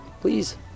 please